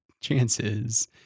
chances